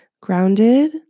grounded